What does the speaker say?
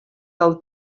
del